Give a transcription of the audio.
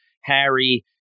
Harry